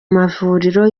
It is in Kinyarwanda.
mavuriro